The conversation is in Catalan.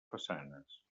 façanes